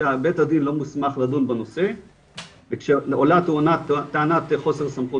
שבית הדין לא מוסמך לדון בנושא ושעולה טענת של חוסר סמכות,